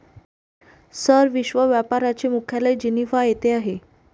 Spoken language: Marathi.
सर, विश्व व्यापार चे मुख्यालय जिनिव्हा येथे आहे